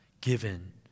given